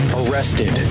arrested